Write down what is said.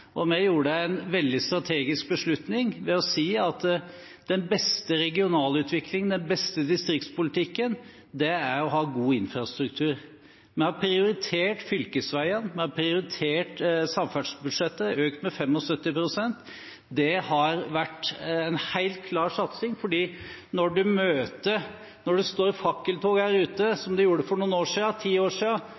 riksveier. Vi gjorde en veldig strategisk beslutning ved å si at den beste regionalutviklingen, den beste distriktspolitikken er å ha god infrastruktur. Vi har prioritert fylkesveiene, vi har prioritert samferdselsbudsjettet – det er økt med 75 pst. Det har vært en helt klar satsing. Da man sto i fakkeltog her ute for ca. ti år